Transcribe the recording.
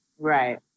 Right